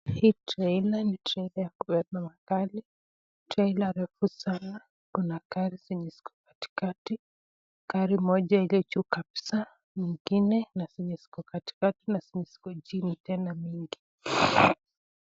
Hii trailer ni trailer ya kubeba magari, trailer refu sana. Kuna gari zenye ziko katikati, gari moja iliyo juu kabisa, nyingine na zenye ziko katikati na zenye ziko chini tena mingi.